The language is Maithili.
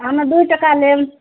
हम्मे दू टका लेब